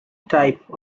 type